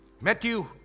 Matthew